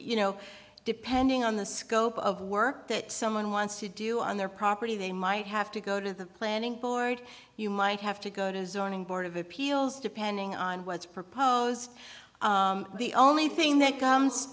you know depending on the scope of work that someone wants to do on their property they might have to go to the planning board you might have to go to zoning board of appeals depending on what's proposed the only thing that comes